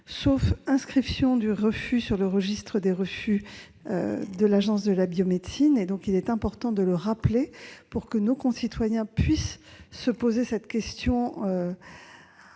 sauf inscription du refus sur le registre des refus de l'Agence de la biomédecine. Il est important de le souligner afin que nos concitoyens puissent se poser cette question en leur